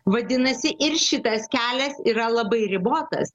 vadinasi ir šitas kelias yra labai ribotas